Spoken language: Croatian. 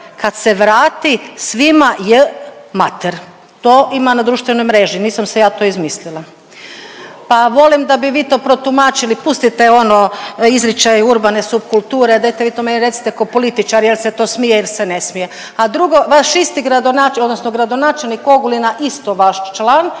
kad se vrati svima j… mater, to ima na društvenoj mreži, nisam se ja to izmislila. Pa volim da bi vi to protumačili, pustite ono izričaj, urbane su kulture, dajte vi to meni recite ko političar, jel se to smije il se ne smije? A drugo, vaš isti gradonačelnik odnosno gradonačelnik Ogulina, isto vaš član